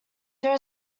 there